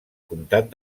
comtat